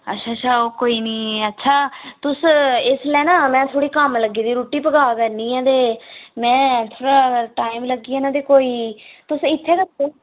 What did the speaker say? अच्छा अच्छा ओह् कोई नी अच्छा तुस इसलै ना मै थोह्ड़ी कम्म लग्गी दी रुट्टी पका करनी आं ते मै थोह्ड़ा टाइम लग्गी जाना ते कोई तुस इत्थै गै रुको